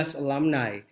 alumni